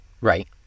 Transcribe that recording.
Right